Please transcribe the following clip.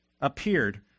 appeared